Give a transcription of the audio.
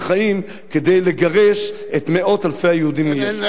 חיים כדי לגרש את מאות אלפי היהודים מיש"ע?